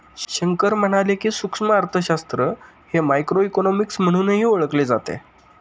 शंकर म्हणाले की, सूक्ष्म अर्थशास्त्र हे मायक्रोइकॉनॉमिक्स म्हणूनही ओळखले जाते